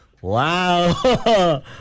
Wow